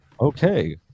Okay